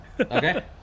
Okay